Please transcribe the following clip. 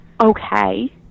okay